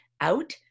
out